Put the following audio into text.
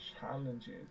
challenges